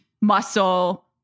muscle